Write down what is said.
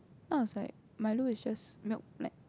then I was like Milo it just milk made